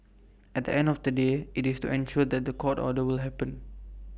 at the end of the day IT is to ensure that The Court order will happen